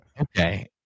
Okay